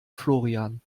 florian